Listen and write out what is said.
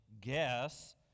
Guess